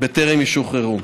בטרם ישוחררו.